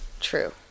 True